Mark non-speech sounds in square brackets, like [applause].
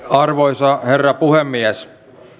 [unintelligible] arvoisa herra puhemies